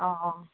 অঁ অঁ